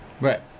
Right